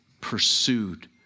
pursued